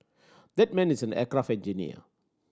that man is an aircraft engineer